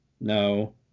No